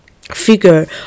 figure